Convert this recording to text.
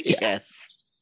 Yes